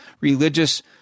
religious